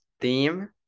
theme